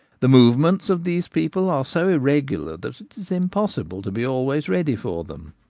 the movements of these people are so irregular that it is impossible to be always ready for them.